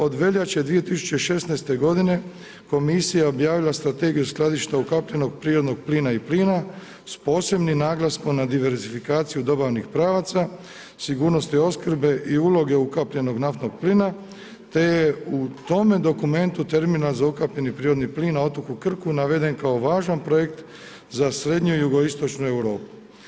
Od veljače 2016. godine komisija je objavila strategiju skladišta ukapljenog prirodnog plina i plina s posebnim naglaskom na diversifikaciju dobavnih pravaca, sigurnosti opskrbe i uloge ukapljenog naftnog plina te je u tome dokumentu terminal za ukapljeni prirodni plin naveden kao važan projekt za srednju i jugoistočnu Europu.